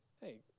hey